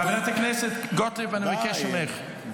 חברת הכנסת גוטליב, אני מבקש ממך.